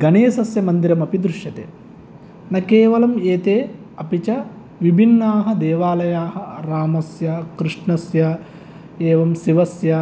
गणेशस्य मन्दिरमपि दृश्यते न केवलम् एते अपि च विभिन्नाः देवालयाः रामस्य कृष्णस्य एवं शिवस्य